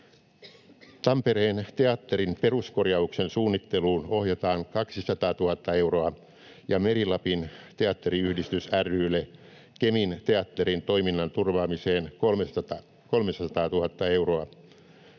Tampereen Teatterin peruskorjauksen suunnitteluun ohjataan 200 000 euroa ja Meri-Lapin Teatteriyhdistys ry:lle Kemin teatterin toiminnan turvaamiseen 300 000 euroa.